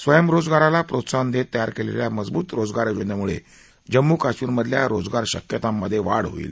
स्वयंरोजगाराला प्रोत्साहन दक्षतियार क्रिस्ता मजबूत रोजगार योजनप्रुळजिम्मू काश्मीरमधल्या रोजगार शक्यतांमध्रविढ होईल